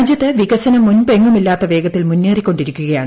രാജ്യത്ത് വികസനം മുൻപെങ്ങുമില്ലാത്ത വേഗത്തിൽ മുന്നേറി കൊണ്ടിരിക്കുകയാണ്